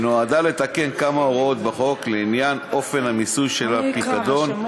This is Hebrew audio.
היא נועדה לתקן כמה הוראות בחוק לעניין אופן המיסוי של הפיקדון